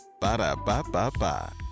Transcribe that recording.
Ba-da-ba-ba-ba